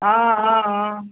অঁ অঁ অঁ